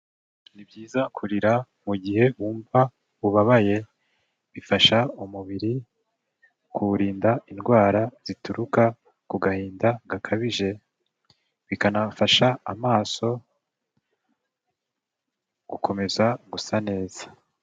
Ni byiza kurira mu gihe wumva ubabaye, bifasha umubiri kuwurinda indwara zituruka ku gahinda gakabije, bikanafasha amaso gukomeza gusa neza.